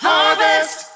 Harvest